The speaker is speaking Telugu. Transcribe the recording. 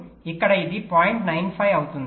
95 అవుతుంది